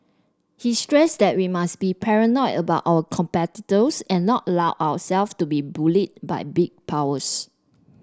he stressed that we must be paranoid about our competitors and not allow ourself to be bullied by big powers